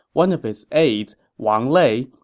one of his aides, wang lei,